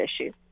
issues